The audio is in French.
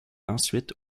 ensuite